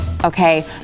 Okay